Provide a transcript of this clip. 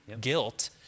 guilt